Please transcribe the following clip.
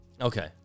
Okay